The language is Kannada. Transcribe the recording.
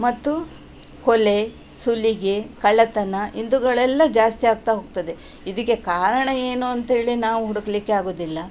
ಮತ್ತು ಕೊಲೆ ಸುಲಿಗೆ ಕಳ್ಳತನ ಇಂಥವುಗಳೆಲ್ಲ ಜಾಸ್ತಿ ಆಗ್ತಾ ಹೋಗ್ತದೆ ಇದಕ್ಕೆ ಕಾರಣ ಏನು ಅಂತೇಳಿ ನಾವು ಹುಡುಕಲಿಕ್ಕೆ ಆಗುವುದಿಲ್ಲ